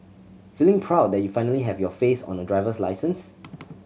feeling proud that you finally have your face on a driver's license